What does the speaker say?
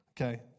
Okay